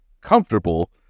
comfortable